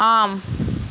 ஆம்